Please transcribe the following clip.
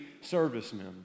servicemen